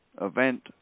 event